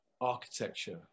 architecture